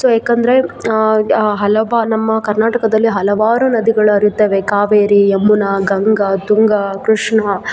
so ಏಕೆಂದ್ರೆ ಆ ಹಲವಾ ನಮ್ಮ ಕರ್ನಾಟಕದಲ್ಲಿ ಹಲವಾರು ನದಿಗಳು ಹರಿಯುತ್ತವೆ ಕಾವೇರಿ ಯಮುನಾ ಗಂಗಾ ತುಂಗಾ ಕೃಷ್ಣ